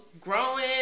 growing